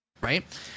right